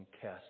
cast